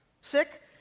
sick